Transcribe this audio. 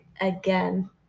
again